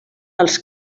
els